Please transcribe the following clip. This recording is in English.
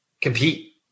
compete